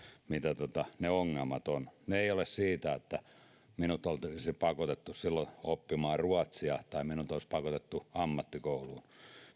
mitä ne ongelmat ovat ne eivät ole sitä että minut olisi pakotettu silloin oppimaan ruotsia tai minut olisi pakotettu ammattikouluun